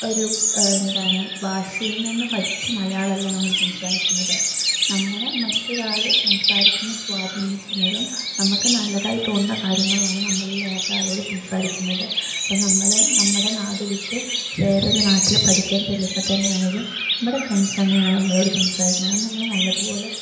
ഒരു എന്താണ് ഭാഷയിൽ നിന്ന് പഠിച്ച് മലയാളമല്ല നമ്മള് സംസാരിക്കുന്നത് നമ്മളുടെ മറ്റൊരാള് സംസാരിക്കുമ്പം സ്വാധീനിക്കുന്നതും നമുക്ക് നല്ലതായി തോന്നുന്ന കാര്യങ്ങളുവാണ് നമ്മൾ ഈ വേറൊരാളോട് സംസാരിക്കുന്നത് അപ്പം നമ്മള് നമ്മുടെ നാട് വിട്ട് വേറൊര് നാട്ടില് പഠിയ്ക്കാൻ ചെല്ലുമ്പത്തന്നെയാണേലും നമ്മുടെ ഫ്രെണ്ട്സ് എങ്ങനെയാണോ നമ്മളോട് സംസാരിക്കുന്നത് അത് നമ്മള് നല്ലതുപോലെ